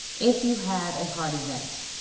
if you have a heart event,